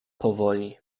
powoli